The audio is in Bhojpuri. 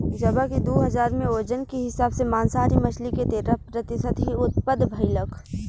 जबकि दू हज़ार में ओजन के हिसाब से मांसाहारी मछली के तेरह प्रतिशत ही उत्तपद भईलख